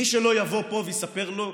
מישהו יבוא פה ויספר לו,